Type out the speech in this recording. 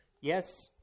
yes